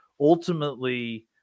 ultimately